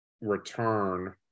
return